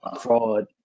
fraud